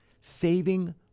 saving